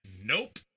nope